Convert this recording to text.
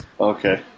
Okay